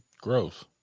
Gross